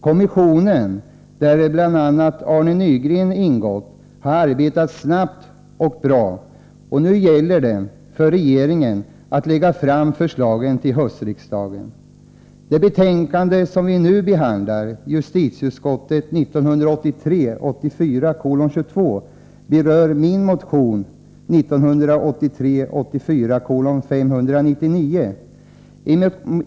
Kommissionen, i vilken bl.a. Arne Nygren ingått, har arbetat snabbt och bra. Nu gäller det för regeringen att lägga fram förslagen till höstriksdagen. Justitieutskottets betänkande 1983 84:599.